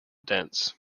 dense